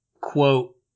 quote